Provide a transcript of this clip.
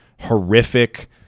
horrific